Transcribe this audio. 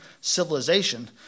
civilization